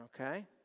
okay